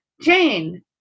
Jane